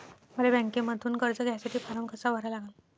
मले बँकेमंधून कर्ज घ्यासाठी फारम कसा भरा लागन?